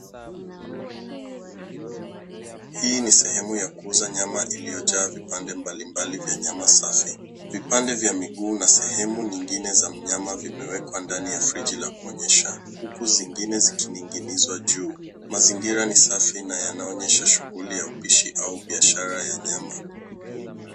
Hii ni sehemu ya kuuza nyama iliyojaa vipande mbalimbali vya nyama safi. Vipande vya minguu na sehemu nyingine za mnyama vimewekwa ndani ya friji la kuonyesha. Huku zingine zikining'inizwa juu. Mazingira ni safi na yanaonyesha shughuli ya upishi au biashara ya nyama.